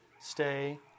Stay